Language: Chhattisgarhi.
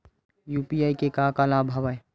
यू.पी.आई के का का लाभ हवय?